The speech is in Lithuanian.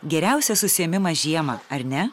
geriausias užsiėmimas žiemą ar ne